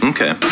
Okay